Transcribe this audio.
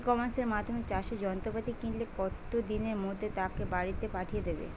ই কমার্সের মাধ্যমে চাষের যন্ত্রপাতি কিনলে কত দিনের মধ্যে তাকে বাড়ীতে পাঠিয়ে দেবে?